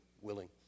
willing